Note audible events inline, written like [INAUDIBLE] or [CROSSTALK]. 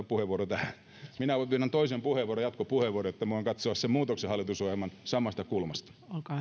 [UNINTELLIGIBLE] puheenvuoro tähän minäpä pyydän toisen puheenvuoron jatkopuheenvuoron että voimme katsoa sen muutoksen hallitusohjelman samasta kulmasta